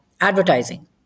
advertising